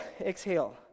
exhale